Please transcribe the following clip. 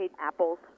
apples